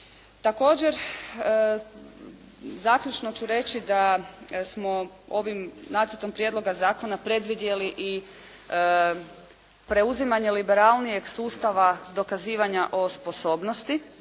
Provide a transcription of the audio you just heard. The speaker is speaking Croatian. Također zaključno ću reći da smo ovim nacrta prijedloga zakona predvidjeli i preuzimanje liberalnijeg sustava dokazivanja o sposobnosti,